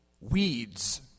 weeds